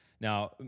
Now